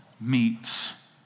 meets